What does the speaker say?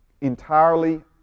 entirely